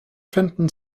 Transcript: fenton